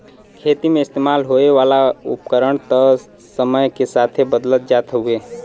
खेती मे इस्तेमाल होए वाला उपकरण त समय के साथे बदलत जात हउवे